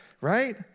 right